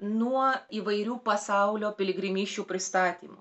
nuo įvairių pasaulio piligrimysčių pristatymų